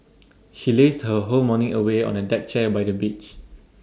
she lazed her whole morning away on A deck chair by the beach